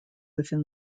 within